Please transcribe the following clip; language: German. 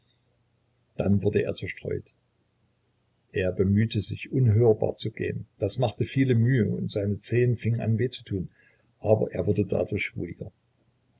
dann wurde er zerstreut er bemühte sich unhörbar zu gehen das machte viele mühe und seine zehen fingen an weh zu tun aber er wurde dadurch ruhiger